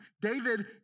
David